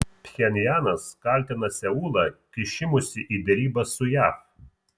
pchenjanas kaltina seulą kišimusi į derybas su jav